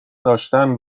داشتن